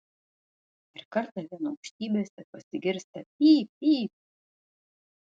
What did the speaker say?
ir kartą ten aukštybėse pasigirsta pyp pyp